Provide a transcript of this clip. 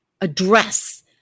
address